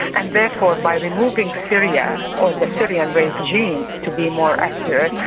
and therefore by removing syria, or the syrian regime to be more accurate,